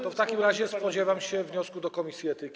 To w takim razie spodziewam się wniosku do komisji etyki.